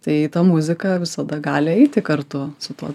tai ta muzika visada gali eiti kartu su tuo